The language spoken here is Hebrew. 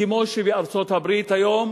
כמו שבארצות-הברית היום,